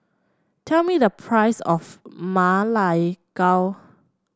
tell me the price of Ma Lai Gao